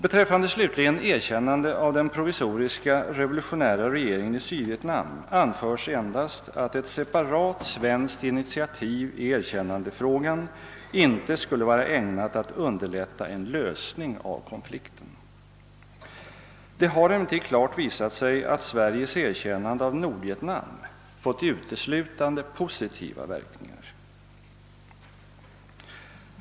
Beträffande slutligen erkännande av den provisoriska revolutionära regeringen i Sydvietnam anförs endast att ett separat svenskt initiativ i erkännandefrågan inte skulle vara ägnat att underlätta en lösning av konflikten. Det har emellertid klart visat sig att Sveriges erkännande av Nordvietnam fått uteslutande positiva verkningar.